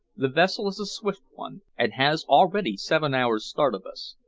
the vessel is a swift one, and has already seven hours start of us.